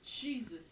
Jesus